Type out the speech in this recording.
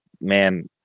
man